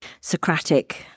Socratic